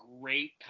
great